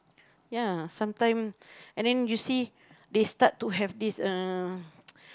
ya sometime and then you see they start to have this uh